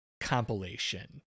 compilation